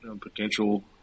potential